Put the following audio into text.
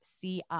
CI